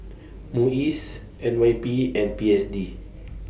Muis N Y P and P S D